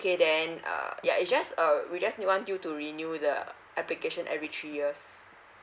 okay then uh ya it's just uh we just want you to renew the uh application every three years